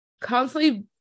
constantly